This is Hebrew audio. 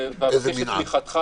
מעולה.